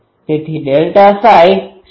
તેથી ΔΨ શું છે